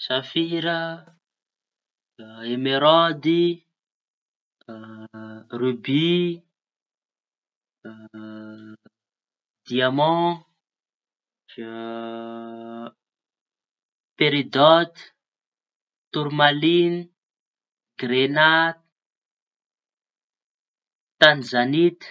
Safira, emeraôdy, ribi, diaman, peridaôty, tormaliny, grena, tanzanita.